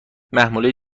محموله